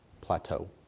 plateau